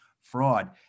fraud